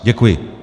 Děkuji.